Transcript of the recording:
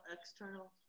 external